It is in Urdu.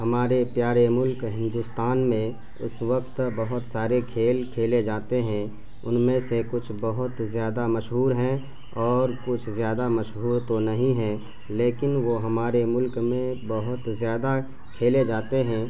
ہمارے پیارے ملک ہندوستان میں اس وقت بہت سارے کھیل کھیلے جاتے ہیں ان میں سے کچھ بہت زیادہ مشہور ہیں اور کچھ زیادہ مشہور تو نہیں ہیں لیکن وہ ہمارے ملک میں بہت زیادہ کھیلے جاتے ہیں